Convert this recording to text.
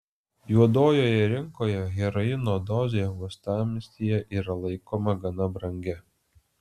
juodojoje rinkoje heroino dozė uostamiestyje yra laikoma gana brangia